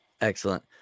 excellent